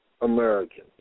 Americans